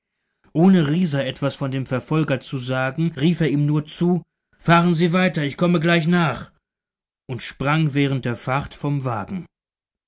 ohne rieser etwas von dem verfolger zu sagen rief er ihm nur zu fahren sie weiter ich komme gleich nach und sprang während der fahrt vom wagen